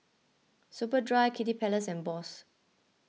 Superdry Kiddy Palace and Bose